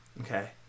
Okay